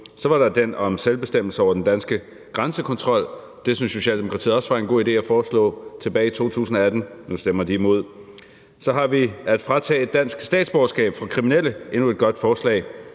Så var der den om selvbestemmelse over den danske grænsekontrol; det syntes Socialdemokratiet også var en god idé at foreslå tilbage i 2018, men nu stemmer de imod. Så har vi det med at fratage dansk statsborgerskab for kriminelle; endnu et godt forslag,